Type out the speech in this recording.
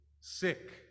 sick